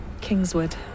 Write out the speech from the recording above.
Kingswood